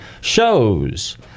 shows